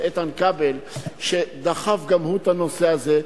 הכנסת איתן כבל שדחף גם הוא את הנושא הזה.